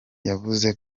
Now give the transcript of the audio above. yavuze